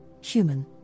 human